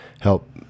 help